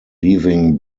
leaving